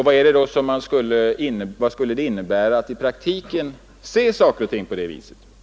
Vad skulle det då i praktiken innebära att se saker och ting på det viset?